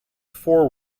four